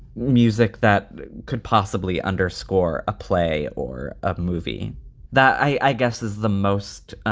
music that could possibly underscore a play or a movie that i guess is the most